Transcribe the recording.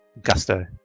gusto